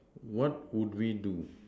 what would we do